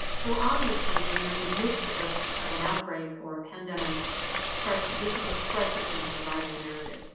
so obviously when you're in the midst of ah of an outbreak or a pandemic crisis, this is a crisis and survival narrative,